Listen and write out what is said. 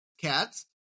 cats